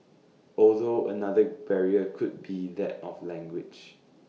although another barrier could be that of language